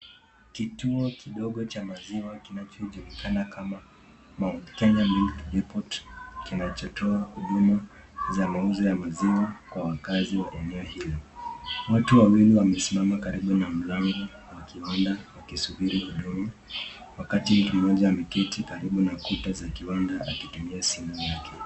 Kituo kidogo cha maziwa kinachojulikana kama Mount Kenya Milk Depot kinachotoa huduma za mauzo ya maziwa kwa wakaazi wa eneo hilo. Watu wawili wamesimama karibu na mlango wakiorder wakisubiri huduma wakati mtu moja ameketi karibu na kuta za kiwanda akitumia simu yake.